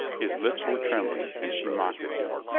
his lips were trembling and she mocked at him.